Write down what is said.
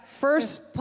First